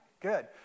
Good